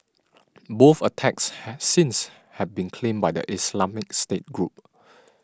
both attacks have since have been claimed by the Islamic State group